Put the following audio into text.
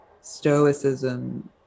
stoicism